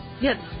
Yes